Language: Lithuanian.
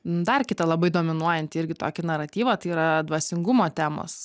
dar kita labai dominuojantį irgi tokį naratyvą tai yra dvasingumo temos